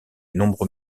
nombreux